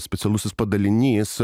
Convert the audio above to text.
specialusis padalinys